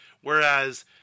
Whereas